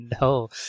No